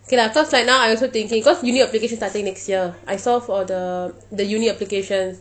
okay lah cause like now I also thinking cause uni application starting next year I saw for the the uni application